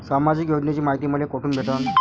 सामाजिक योजनेची मायती मले कोठून भेटनं?